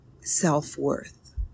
self-worth